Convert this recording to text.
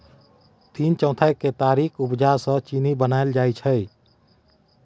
तीन चौथाई केतारीक उपजा सँ चीन्नी बनाएल जाइ छै